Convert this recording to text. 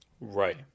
Right